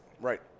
Right